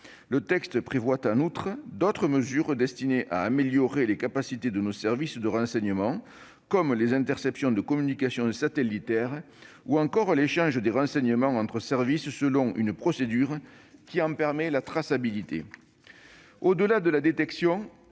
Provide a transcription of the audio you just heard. Le texte prévoit en outre d'autres dispositions destinées à améliorer les capacités de nos services de renseignement, telles que les interceptions de communications satellitaires ou encore l'échange de renseignements entre services, selon une procédure qui en permet la traçabilité. Au-delà de la détection,